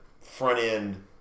front-end